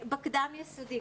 בקדם-יסודי,